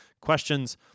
questions